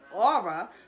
aura